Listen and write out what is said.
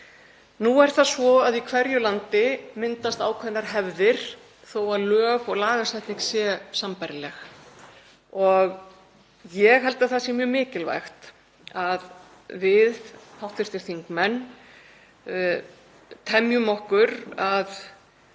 Nú er það svo að í hverju landi myndast ákveðnar hefðir þótt lög og lagasetning sé sambærileg og ég held að það sé mjög mikilvægt að við hv. þingmenn temjum okkur að